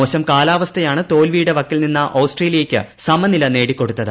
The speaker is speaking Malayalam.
മോശം കാലാവസ്ഥയാണ് തോൽവിയുടെ വക്കിൽനിന്ന ഓസ്ട്രേലിയയ്ക്ക് സമനില നേടികൊടുത്തത്